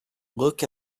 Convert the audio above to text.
look